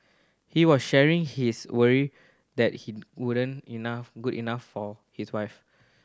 he was sharing his worry that he wouldn't enough good enough for his wife